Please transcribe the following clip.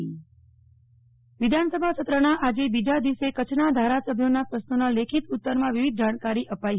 નેહ્લ ઠક્કર વિધાનસભા સત્ર વિધાનસભા સત્રના આજે બીજા દિવસે કચ્છના ધારાસભ્યોના પ્રશ્નોના લેખિત ઉતરમાં વિવિધ જાણકારી અપાઈ હતી